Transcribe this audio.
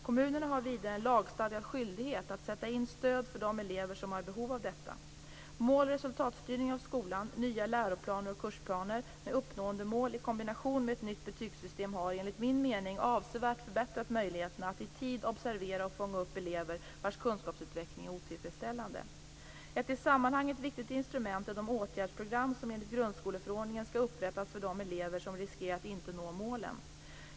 Kommunerna har vidare en lagstadgad skyldighet att sätta in stöd för de elever som har behov av detta. Mål och resultatstyrningen av skolan, nya läroplaner och kursplaner med uppnåendemål i kombination med ett nytt betygssystem har, enligt min mening, avsevärt förbättrat möjligheterna att i tid observera och fånga upp elever vars kunskapsutveckling är otillfredsställande. Ett i sammanhanget viktigt instrument är de åtgärdsprogram som enligt grundskoleförordningen skall upprättas för de elever som riskerar att inte nå målen.